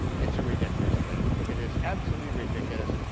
it's a ridiculous thing. it is absolutely ridiculous.